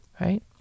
right